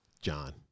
John